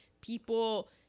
people